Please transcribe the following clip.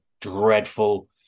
dreadful